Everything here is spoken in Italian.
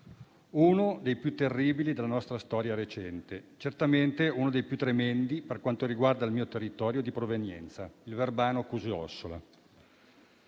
uno dei più terribili della nostra storia recente e certamente uno dei più tremendi per quanto riguarda il mio territorio di provenienza, Verbano-Cusio-Ossola.